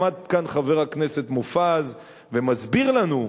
עומד כאן חבר הכנסת מופז ומסביר לנו,